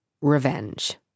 Revenge